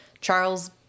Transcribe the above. Charles